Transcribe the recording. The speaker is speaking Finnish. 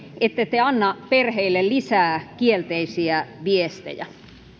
ettette anna perheille lisää kielteisiä viestejä ja